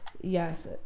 yes